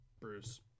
Bruce